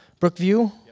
Brookview